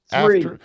Three